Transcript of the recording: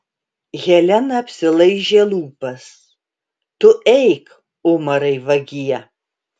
helena apsilaižė lūpas tu eik umarai vagie